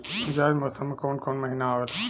जायद मौसम में काउन काउन महीना आवेला?